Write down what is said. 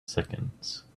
seconds